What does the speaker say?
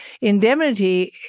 indemnity